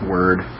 Word